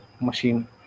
machine